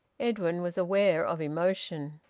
edwin was aware of emotion.